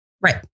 Right